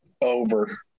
over